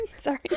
Sorry